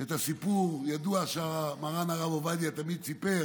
את הסיפור הידוע שמרן הרב עובדיה תמיד סיפר,